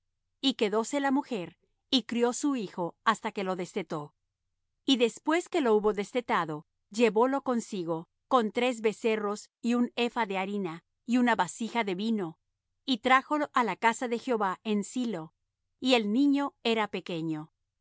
y quedóse la mujer y crió su hijo hasta que lo destetó y después que lo hubo destetado llevólo consigo con tres becerros y un epha de harina y una vasija de vino y trájolo á la casa de jehová en silo y el niño era pequeño